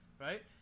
right